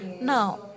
Now